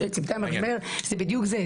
צוותי המשבר זה בדיוק זה,